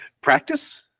Practice